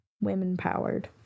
women-powered